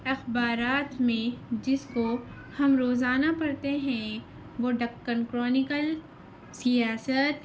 اخبارات میں جس کو ہم روزانہ پڑھتے ہیں وہ ڈکن کرانیکل سیاست